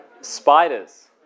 spiders